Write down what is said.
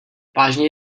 vážně